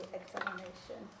examination